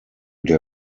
der